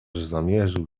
zamierzył